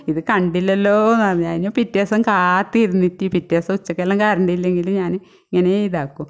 ഇത് കണ്ടില്ലല്ലോയെന്ന് പറഞ്ഞ് കഴിഞ്ഞ് പിറ്റേ ദിവസം കാത്തിരുന്നിട്ട് പിറ്റേ ദിവസം ഉച്ചക്കെല്ലാം കറണ്ട് ഇല്ലെങ്കിൽ ഞാൻ ഇങ്ങനെ ഇതാക്കും